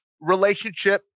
relationship